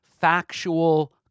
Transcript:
factual